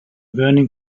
burning